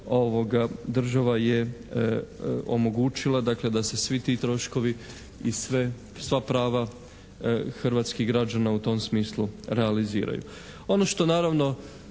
država je omogućila dakle da se svi ti troškovi i sva prava hrvatskih građana u tom smislu realiziraju.